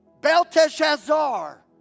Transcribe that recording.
Belteshazzar